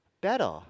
better